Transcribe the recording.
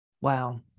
Wow